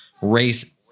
race